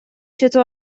چطور